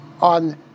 on